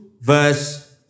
verse